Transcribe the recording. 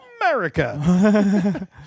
America